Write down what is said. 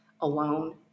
alone